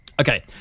Okay